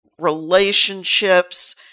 relationships